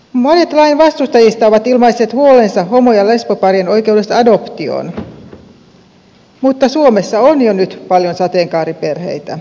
monet lain vastustajista ovat ilmaisseet huolensa homo ja lesboparien oikeudesta adoptioon mutta suomessa on jo nyt paljon sateenkaariperheitä